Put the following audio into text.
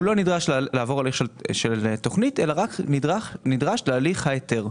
הוא לא נדרש לעבור הליך של תוכנית אלא רק נדרש להליך ההיתר.